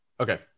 Okay